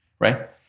right